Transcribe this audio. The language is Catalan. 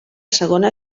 segona